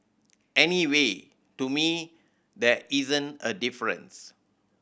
anyway to me there isn't a difference